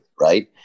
right